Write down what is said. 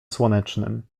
słonecznym